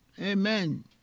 Amen